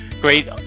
great